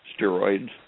steroids